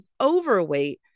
overweight